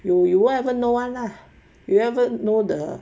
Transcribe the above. you you won't ever know [one] lah you know the